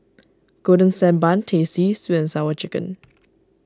Golden Sand Bun Teh C Sweet and Sour Chicken